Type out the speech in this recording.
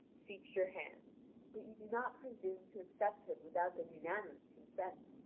seeks your hand but you do not presume to accept him without their unanimous consent.